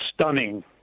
stunning